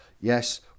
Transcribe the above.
Yes